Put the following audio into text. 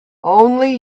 only